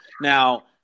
Now